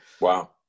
Wow